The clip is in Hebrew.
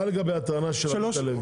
מה לגבי הטענה של עמית הלוי?